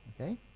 Okay